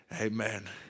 Amen